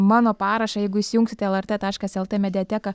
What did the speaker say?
mano parašą jeigu įsijungsite lrt taškas lt mediateką